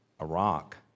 Iraq